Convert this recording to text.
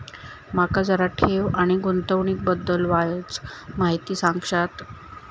माका जरा ठेव आणि गुंतवणूकी बद्दल वायचं माहिती सांगशात?